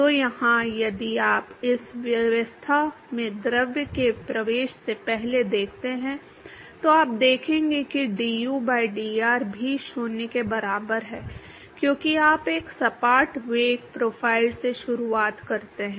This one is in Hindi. तो यहाँ यदि आप इस व्यवस्था में द्रव के प्रवेश से पहले देखते हैं तो आप देखेंगे कि du by dr भी 0 के बराबर है क्योंकि आप एक सपाट वेग प्रोफ़ाइल से शुरू करते हैं